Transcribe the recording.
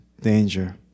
Danger